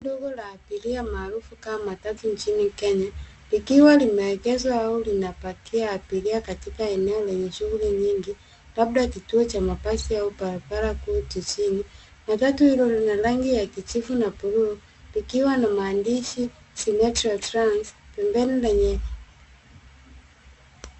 Dogo la abiria almaarufu matatu nchini kenya likiwa limeegeshwa au linapakia abiria katika eneo lenye shughuli nyingi labda kituo cha mabasi au barabara kuu jijini. Matatu hiyo ina rangi ya kijivu na bluu likiwa na maandishi simetro trans pembeni lenye.